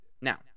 Now